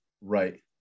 Right